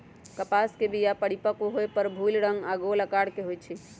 कपास के बीया परिपक्व होय पर भूइल रंग आऽ गोल अकार के होइ छइ